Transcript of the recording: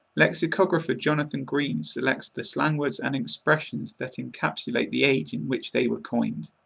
lexicographer jonathon green selects the slang words and expressions that encapsulate the age in which they were coined.